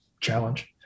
challenge